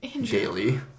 daily